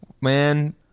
Man